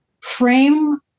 frame